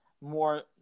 more